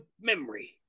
memory